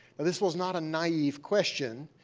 and this was not a naive question.